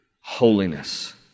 holiness